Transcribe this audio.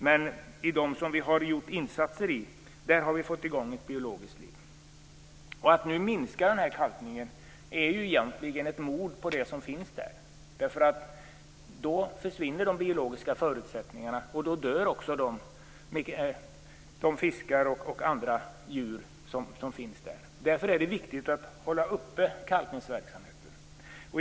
I de vatten där vi har gjort insatser har vi fått igång ett biologiskt liv. Att nu minska kalkningen är egentligen ett mord på det som finns där. Då försvinner de biologiska förutsättningarna, och då dör också de fiskar och andra djur som finns där. Det är därför viktigt att hålla uppe kalkningsverksamheten.